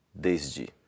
Desde